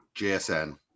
JSN